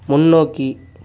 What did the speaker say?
முன்னோக்கி